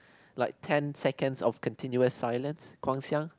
like ten seconds of continuous silence Guang-Xiang